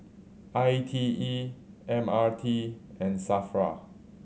I T E M R T and SAFRA